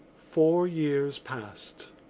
four years passed.